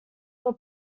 were